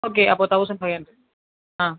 okay அப்போ thousand five hundred ஆ